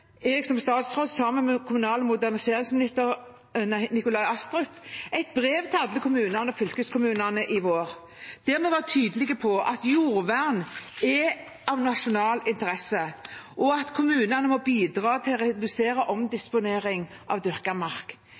moderniseringsminister Nikolai Astrup, et brev til alle kommunene og fylkeskommunene i vår der vi var tydelige på at jordvern er av nasjonal interesse, og at kommunene må bidra til å redusere omdisponering av dyrket mark.